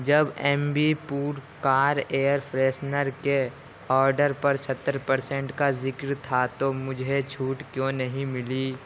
جب Ambi Pur car air freshener کے order پر ستر پرسنٹ کا ذکر تھا تو مجھے چھوٹ کیوں نہیں ملی